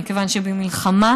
מכיוון שבמלחמה,